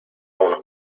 unos